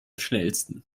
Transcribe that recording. schnellsten